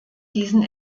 diesen